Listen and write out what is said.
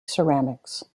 ceramics